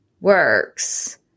works